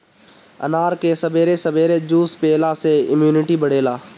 अनार के सबेरे सबेरे जूस पियला से इमुनिटी बढ़ेला